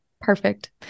Perfect